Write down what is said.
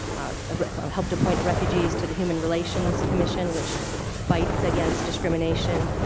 ah um helped appoint refugees to the human relations commission, which fights against discrimination.